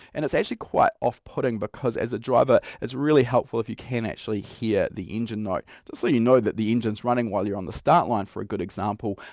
and it's actually quite off putting because as a driver it's really helpful if you can actually hear the engine note. just so you know the engine's running while you're on the start line for a good example,